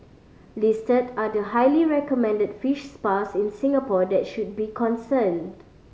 listed are the highly recommended fish spas in Singapore that should be concerned